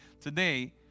Today